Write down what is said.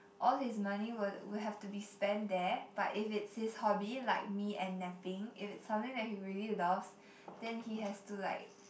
all his money will will have to be spend there but if it's his hobby like me and napping if it's something that he really loves then he has to like